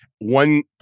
one